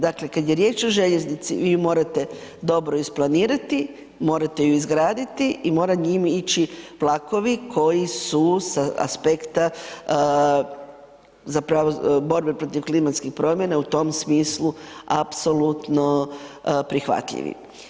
Dakle, kada je riječ o željeznici vi ju morate dobro isplanirati, morate ju izgraditi i mora njim ići vlakovi koji su sa aspekta borbe protiv klimatskih promjena i u tom smislu apsolutno prihvatljivi.